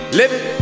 living